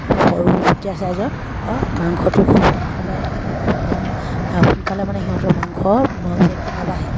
খুব সৰুফুটীয়া চাইজৰ অৰ মাংসটো খুব সোনকালে মানে খুব কম সোনকালে মানে সিহঁতৰ মাংস ৱেটটো নাবাঢ়ে